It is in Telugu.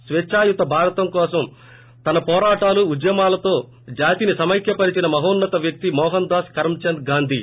స్వేద్భాయుత భారతం కోసం తన పోరాటాలు ఉద్యమాలతో జాతిని సమైక్య పరిచిన మహోన్నత వ్యక్తీ మోహన్ దాస్ కరమ్ చంద్ గాంధి